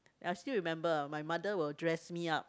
and I still remember my mother will dress me up